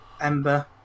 Ember